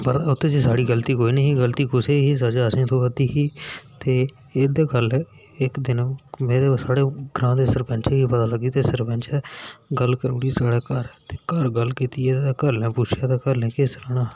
उत्थै साढ़ी गल्ती कोई नेईं ही गल्ती कुसै दी ही सज़ा असें भुगती ही ते एह् ते गल्ल इक दिन मेरे साढ़े ग्रांऽ दे सरपैंचै ई पता लग्गी ते सरपैंचै गल्ल करी ओड़ी साढ़े घर ते घर गल्ल कीती ऐ ते घरै आह्लें पुच्छेआ ते घरै आह्ले केह् सनाना हा